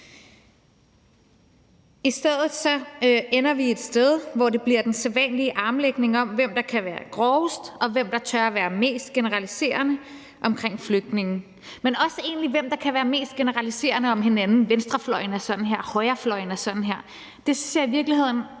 I stedet ender vi et sted, hvor det bliver den sædvanlige armlægning om, hvem der kan være grovest, og hvem der tør være mest generaliserende omkring flygtninge, men også egentlig om, hvem der kan være mest generaliserende om hinanden, hvor man siger: Venstrefløjen er sådan her, højrefløjen er sådan her. Det synes jeg i virkeligheden